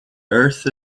earth